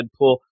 Deadpool